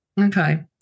Okay